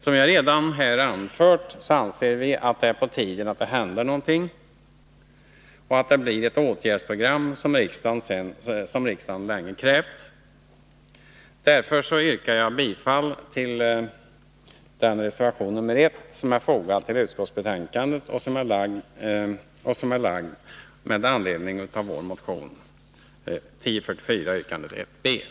Som jag redan här anfört anser vi att det är på tiden att någonting händer med det åtgärdsprogram som riksdagen sedan länge krävt. Därför yrkar jag bifall till den reservation nr 1, som är fogad till utskottsbetänkandet och som är framlagd även med anledning av vår motion nr 1044, yrkande 1 b.